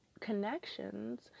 connections